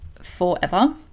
forever